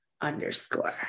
underscore